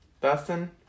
Dustin